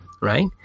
right